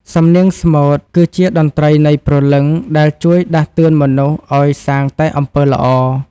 សំនៀងស្មូតគឺជាតន្ត្រីនៃព្រលឹង ដែលជួយដាស់តឿនមនុស្សឱ្យសាងតែអំពើល្អ។